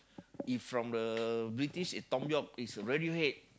if from the British is Thom-Yorke is Radiohead